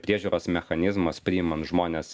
priežiūros mechanizmas priimant žmones